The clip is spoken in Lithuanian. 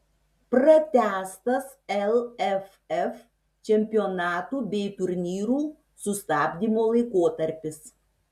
pratęstas lff čempionatų bei turnyrų sustabdymo laikotarpis